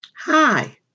hi